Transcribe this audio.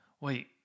wait